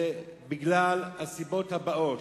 זה מהסיבות הבאות: